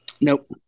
Nope